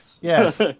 Yes